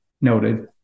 noted